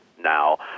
now